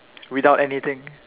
without anything